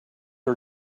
are